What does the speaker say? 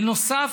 בנוסף,